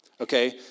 Okay